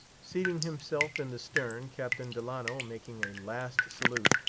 seating himself in the stern, captain delano, making a last salute,